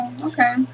okay